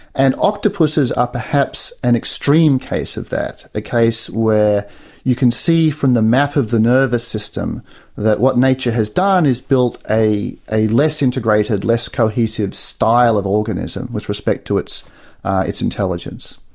and octopuses are perhaps an extreme case of that, a case where you can see from the map of the nervous system that what nature has done is built a a less integrated, less cohesive style of organism with respect to its its intelligence.